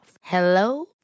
Hello